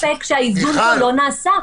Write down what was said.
-- אין ספק שהאיזון לא נעשה.